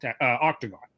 octagon